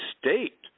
state